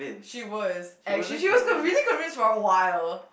she was actually she was convinced really convinced for awhile